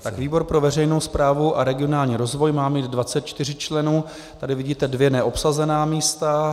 Tak výbor pro veřejnou správu a regionální rozvoj má mít 24 členů, tady vidíte dvě neobsazená místa.